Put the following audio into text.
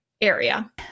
area